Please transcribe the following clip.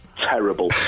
terrible